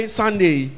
sunday